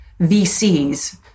VCs